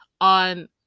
on